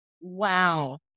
Wow